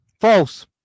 False